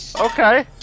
Okay